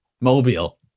Mobile